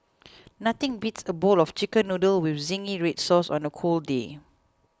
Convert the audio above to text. nothing beats a bowl of Chicken Noodles with Zingy Red Sauce on a cold day